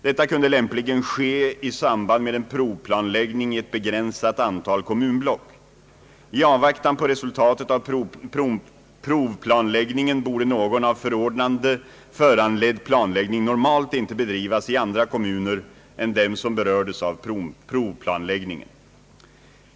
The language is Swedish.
Detta kunde lämpligen ske i samband med en provplanläggning i ett begränsat antal kommunblock. I avvaktan på resultatet av provplanläggningen borde någon av förordnande föranledd planläggning normalt inte bedrivas i andra kommuner än dem som berördes av provplanläggningen.